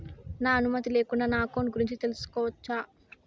నా అనుమతి లేకుండా నా అకౌంట్ గురించి తెలుసుకొనొచ్చా?